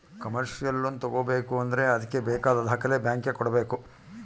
commercial loan ತಗೋಬೇಕು ಅಂದ್ರೆ ಅದ್ಕೆ ಬೇಕಾದ ದಾಖಲೆ ಬ್ಯಾಂಕ್ ಗೆ ಕೊಡ್ಬೇಕು